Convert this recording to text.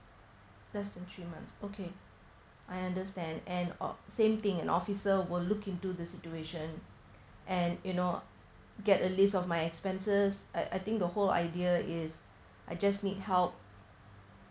less than three months okay I understand and uh same thing an officer will look into the situation and you know get a list of my expenses I I think the whole idea is I just need help